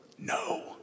No